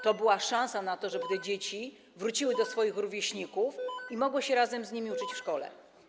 To była szansa na to, żeby te dzieci wróciły do swoich rówieśników i mogły razem z nimi uczyć się w szkole.